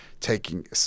taking